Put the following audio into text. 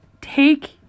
take